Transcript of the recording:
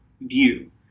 view